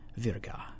Virga